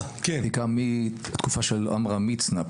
אני כאן מתקופת עמרם מצנע,